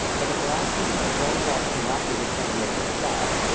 but the koran teaches that flowing water cannot be contaminated or defiled,